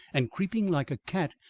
and creeping like a cat,